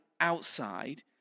outside